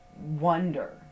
wonder